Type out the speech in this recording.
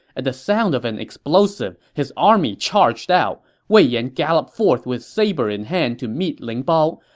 at the sound of an explosive, his army charged out. wei yan galloped forth with saber in hand to meet ling bao.